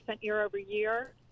year-over-year